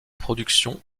productions